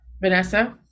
Vanessa